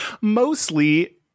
mostly